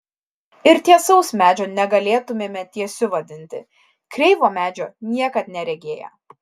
ir tiesaus medžio negalėtumėme tiesiu vadinti kreivo medžio niekad neregėję